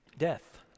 death